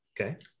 Okay